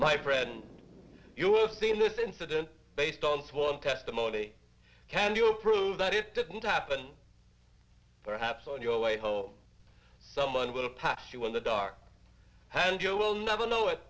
my friend you have seen this incident based on sworn testimony can you prove that it didn't happen perhaps on your way home someone will pass you in the dark and you will never know it